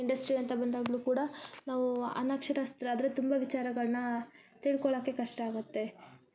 industry ಅಂತ ಬಂದಾಗಲೂ ಕೂಡ ನಾವು ಅನಕ್ಷರಸ್ಥರಾದ್ರೆ ತುಂಬ ವಿಚಾರಗಳನ್ನ ತಿಳ್ಕೊಳಾಕೆ ಕಷ್ಟ ಆಗತ್ತೆ